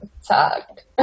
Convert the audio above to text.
sucked